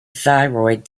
thyroid